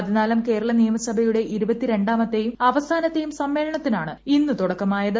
പതിനാലാം കേരള നിയമസഭയുടെ ഇരുപത്തിരണ്ടാമത്തെയും അവസാനത്തെയും സമ്മേളനത്തിനാണ് ഇന്ന് തുടക്കമായത്